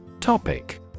Topic